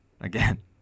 again